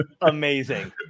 amazing